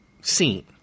seen